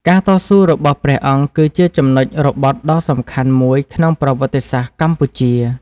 ការតស៊ូរបស់ព្រះអង្គគឺជាចំណុចរបត់ដ៏សំខាន់មួយក្នុងប្រវត្តិសាស្ត្រកម្ពុជា។